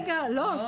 רגע, לא.